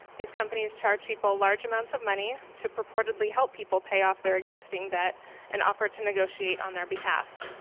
these companies charge people large amounts of money to purportedly help people pay off their existing debt and offer to negotiate on their behalf.